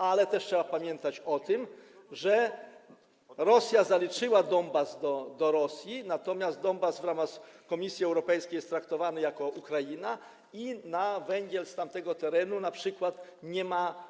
A też trzeba pamiętać o tym, że Rosja zaliczyła Donbas do Rosji, natomiast Donbas w ramach Komisji Europejskiej jest traktowany jako Ukraina i na węgiel z tamtego terenu np. nie ma